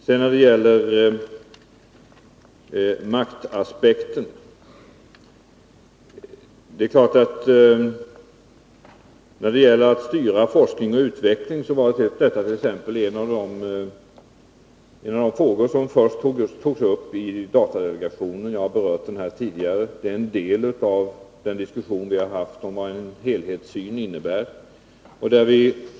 I fråga om maktaspekten vill jag säga att när det gäller att styra forskning och utveckling var det en av de frågor som först togs upp i datadelegationen. Jag har berört det här tidigare. Det är en del av den diskussion som vi har haft om vad en helhetssyn innebär.